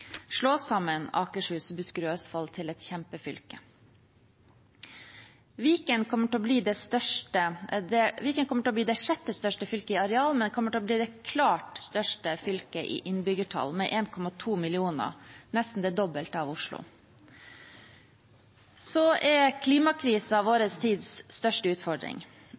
slå sammen Akershus, Buskerud og Østfold til et kjempefylke. Viken kommer til å bli det sjette største fylket i areal, men kommer til å bli det klart største fylket i innbyggertall med 1,2 millioner mennesker, nesten det dobbelte av Oslo. Så er klimakrisen vår tids største utfordring.